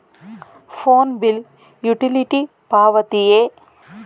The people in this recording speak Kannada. ಫೋನ್ ಬಿಲ್ ಯುಟಿಲಿಟಿ ಪಾವತಿಯೇ?